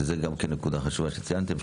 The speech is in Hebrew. שזה גם כן נקודה חשובה שציינתם,